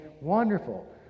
wonderful